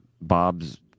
Bob's